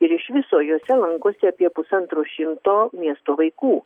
ir iš viso juose lankosi apie pusantro šimto miesto vaikų